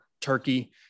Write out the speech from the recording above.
turkey